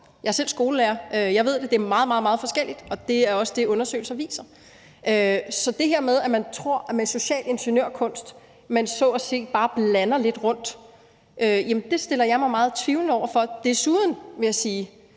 Jeg er selv skolelærer, og jeg ved, at det er meget, meget forskelligt, og det er også det, undersøgelser viser. Så det her med, at man tror, at man med social ingeniørkunst så at sige bare kan blande det lidt rundt, stiller jeg mig meget tvivlende over for. Desuden – vil jeg sige